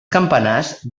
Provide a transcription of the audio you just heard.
campanars